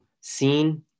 seen